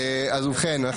אז ובכן,